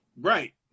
right